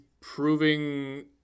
proving –